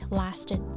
lasted